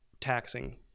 taxing